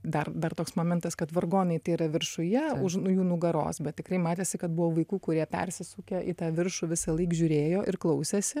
dar dar toks momentas kad vargonai tai yra viršuje už jų nugaros bet tikrai matėsi kad buvo vaikų kurie persisukę į tą viršų visąlaik žiūrėjo ir klausėsi